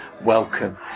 welcome